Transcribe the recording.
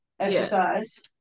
exercise